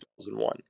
2001